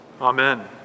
Amen